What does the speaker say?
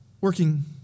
Working